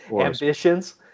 ambitions